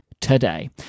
today